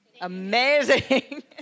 Amazing